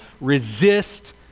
resist